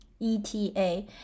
ETA